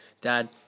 Dad